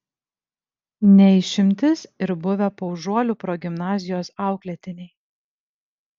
ne išimtis ir buvę paužuolių progimnazijos auklėtiniai